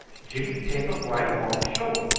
jimmy take um right long show um.